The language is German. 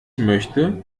möchte